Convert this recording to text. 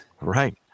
Right